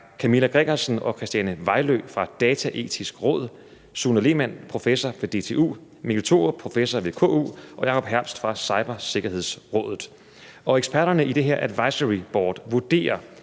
Camilla Gregersen og Christiane Vejlø fra Dataetisk Råd, Sune Lehmann, professor ved DTU, Mikkel Thorup, professor ved KU, og Jacob Herbst fra Cybersikkerhedsrådet. Og eksperterne i det her advisoryboard vurderer,